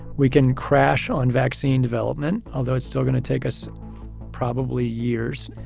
we can crash on vaccine development. although it's still gonna take us probably years.